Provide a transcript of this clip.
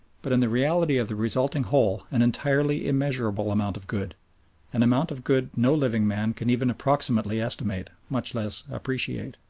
but in the reality of the resulting whole an entirely immeasurable amount of good an amount of good no living man can even approximately estimate, much less appreciate.